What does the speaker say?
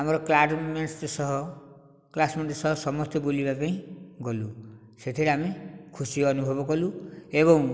ଆମର ସହ କ୍ଳାସମେଟ୍ ସହ ସମସ୍ତେ ବୁଲିବାପାଇଁ ଗଲୁ ସେଥିରେ ଆମେ ଖୁସି ଅନୁଭବ କଲୁ ଏବଂ